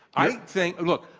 i think look,